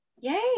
yay